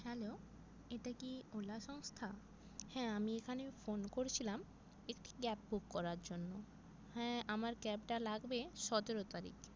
hello এটা কি ওলা সংস্থা হ্যাঁ আমি এখানে ফোন করেছিলাম একটি ক্যাব বুক করার জন্য হ্যাঁ আমার ক্যাবটা লাগবে সতেরো তারিখ